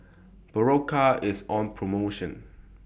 Berocca IS on promotion